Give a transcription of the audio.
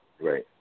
Right